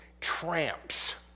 tramps